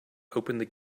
opened